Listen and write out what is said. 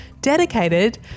dedicated